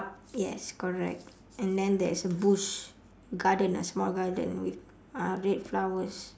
yes correct and then there's bush garden a small garden with uh red flowers